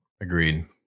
Agreed